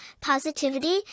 positivity